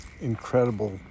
incredible